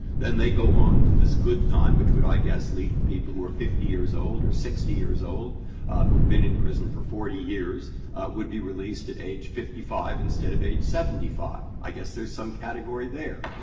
then they go on to this good time, which would, i guess, lead to people who are fifty years old or sixty years old who have been in prison for forty years would be released at age fifty five instead of age seventy five, i guess there is some category there.